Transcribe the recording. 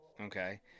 Okay